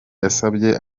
yasabye